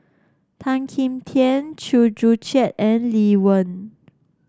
Tan Kim Tian Chew Joo Chiat and Lee Wen